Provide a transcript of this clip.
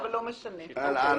אין נמנעים, אין אושר.